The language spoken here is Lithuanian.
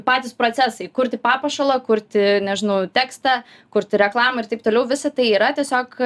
patys procesai kurti papuošalą kurti nežinau tekstą kurti reklamą ir taip toliau visa tai yra tiesiog